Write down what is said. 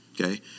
okay